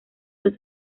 los